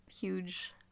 huge